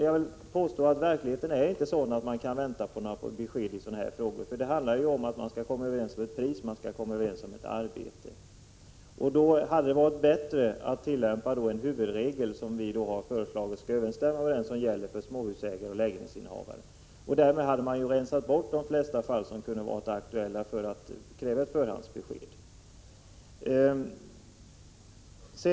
Jag påstår att verkligheten inte är sådan att de två parterna kan vänta på besked i frågor som dessa. Det handlar ju att komma överens om ett pris och ett arbete. Det är bättre att tillämpa en huvudregel, som vi har föreslagit skall överensstämma med dem som gäller för småhusägare och lägenhetsinnehavare. Därmed rensar man bort de flesta fall i vilka det är aktuellt att kräva ett förhandsbesked.